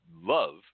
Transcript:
love